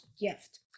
gift